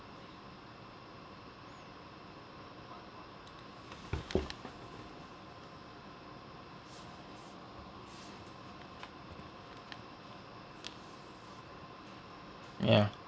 ya